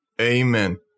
Amen